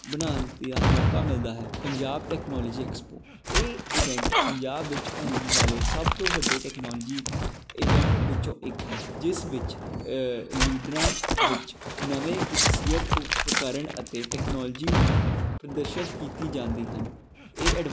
ਬਣਾਉਣ ਦੇ ਮੌਕਾ ਮਿਲਦਾ ਹੈ ਪੰਜਾਬ ਟੈਕਨੋਲੋਜੀ ਏਕਸਪੋ ਇਹ ਇਵੈਂਟ ਪੰਜਾਬ ਵਿੱਚ ਹੋਣ ਵਾਲੇ ਸਭ ਤੋਂ ਵੱਡੇ ਟੈਕਨੋਲੋਜੀ ਇਵੈਂਟ ਵਿੱਚੋਂ ਇੱਕ ਹੈ ਜਿਸ ਵਿੱਚ ਲੀਡਰਾਂ ਵਿੱਚ ਨਵੇਂ ਵਿਕਸਿਅਤ ਉਪਕਰਣ ਅਤੇ ਟੈਕਨੋਲਜੀ ਨੂੰ ਪ੍ਰਦਰਸ਼ਿਤ ਕੀਤੀ ਜਾਂਦੀ ਹਨ ਇਹ ਐਡ